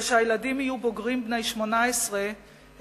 וכשהילדים יהיו בוגרים בני 18 הם